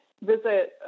visit